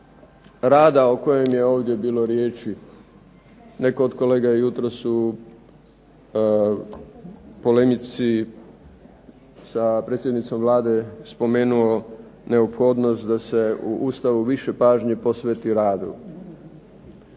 rada o kojem je ovdje bilo riječi. Netko od kolega je jutros u polemici sa predsjednicom Vlade spomenuo neophodnost da se u Ustavu više pažnje posveti radu